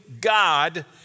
God